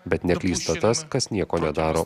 bet neklysta tas kas nieko nedaro